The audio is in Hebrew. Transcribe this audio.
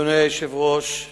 זוג חרדים